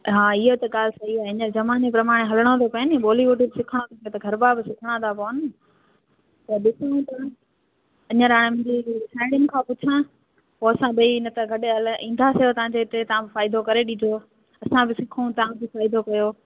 हा हीअ त ॻाल्हि सही न आहे ज़माने जे प्रमाणे हलिणो थो पए न बॉलीवूड बि सिखिणो आहे त गरभा बि सिखणा था पवनि त ॾिसूं था हीअंर मां साहेड़िनि खां पुछां पोइ असां ॿई न त गॾु ईंदासीं तव्हांजे हिते तव्हां फ़ाइदो करे ॾिजो असां सिखूं तव्हांखे बि फ़ाइदो पियो